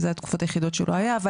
זה התקופות היחידות שלא היה.